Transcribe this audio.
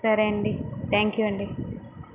ఆ సరే అండి థ్యాంక్యూ అండి